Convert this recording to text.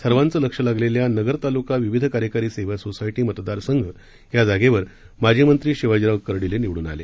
सर्वांचं लक्ष लागलेल्या नगर तालुका विविध कार्यकारी सेवा सोसायटी मतदारसंघ या जागेवर माजी मंत्री शिवाजीराव कर्डिले निवडून आले